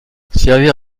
servir